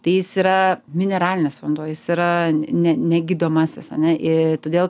tai jis yra mineralinis vanduo jis yra ne ne gydomasis ane į todėl